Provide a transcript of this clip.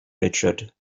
richard